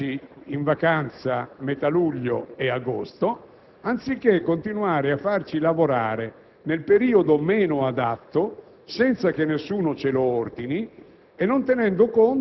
mandandoci in vacanza a metà luglio e ad agosto, anziché continuare a farci lavorare nel periodo meno adatto, senza che nessuno ce lo ordini,